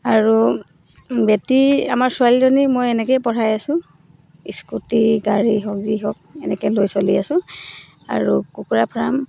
আৰু বেটী আমাৰ ছোৱালীজনীক মই এনেকৈয়ে পঢ়াই আছো স্কুটি গাড়ী হওক যি হওক এনেকৈ লৈ চলি আছো আৰু কুকুৰাৰ ফাৰ্ম